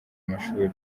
mashuri